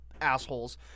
assholes